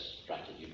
strategy